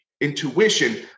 intuition